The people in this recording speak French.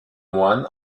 moine